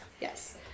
Yes